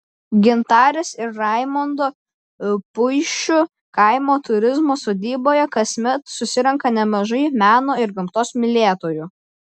gintarės ir raimondo puišių kaimo turizmo sodyboje kasmet susirenka nemažai meno ir gamtos mylėtojų